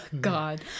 god